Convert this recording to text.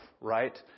right